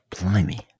Blimey